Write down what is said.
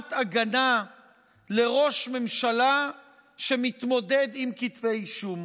חומת הגנה לראש ממשלה שמתמודד עם כתבי אישום.